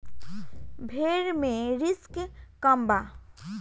भेड़ मे रिस्क कम बा